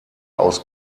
aus